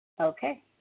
Okay